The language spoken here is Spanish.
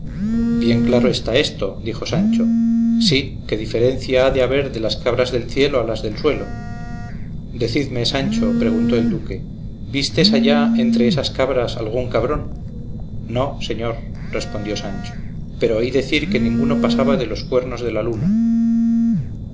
bien claro está eso dijo sancho sí que diferencia ha de haber de las cabras del cielo a las del suelo decidme sancho preguntó el duque vistes allá en entre esas cabras algún cabrón no señor respondió sancho pero oí decir que ninguno pasaba de los cuernos de la luna